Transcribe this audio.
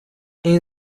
این